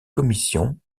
commission